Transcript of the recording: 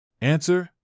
Answer